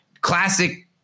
classic